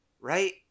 Right